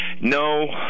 No